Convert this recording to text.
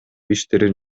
иштерин